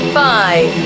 five